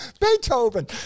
Beethoven